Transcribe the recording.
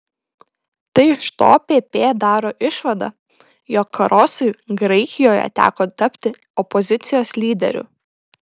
tai iš to pp daro išvadą jog karosui graikijoje teko tapti opozicijos lyderiu